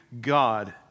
God